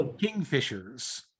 Kingfishers